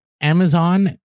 Amazon